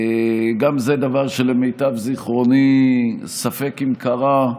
גם זה דבר שלמיטב זכרוני ספק אם קרה,